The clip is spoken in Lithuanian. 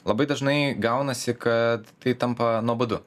labai dažnai gaunasi kad tai tampa nuobodu